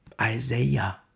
Isaiah